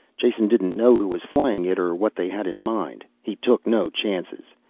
jason didn't know who was flying it or what they had in mind he took no chances.